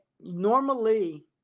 normally